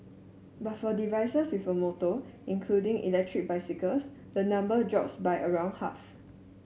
but for devices with a motor including electric bicycles the number drops by around half